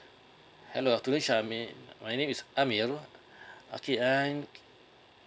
hello good afternoon chamine my name is amir okay I'm